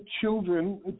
children